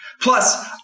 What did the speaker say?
Plus